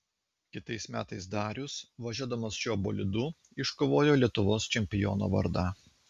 kitais metais darius važiuodamas šiuo bolidu iškovojo lietuvos čempiono vardą